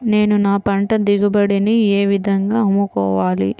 నేను నా పంట దిగుబడిని ఏ విధంగా అమ్ముకోవాలి?